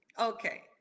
okay